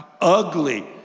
Ugly